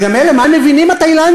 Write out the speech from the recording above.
וגם אלה, מה הם מבינים התאילנדים?